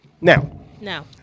Now